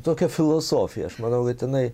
tokia filosofija aš manau kad jinai